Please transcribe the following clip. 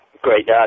Great